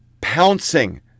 pouncing